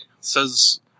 says